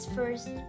First